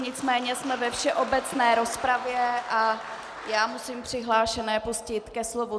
Nicméně jsme ve všeobecné rozpravě a musím přihlášené pustit ke slovu.